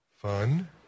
fun